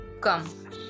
come